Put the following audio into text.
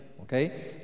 Okay